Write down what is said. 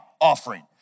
offering